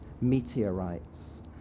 meteorites